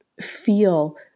feel